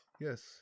Yes